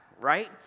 right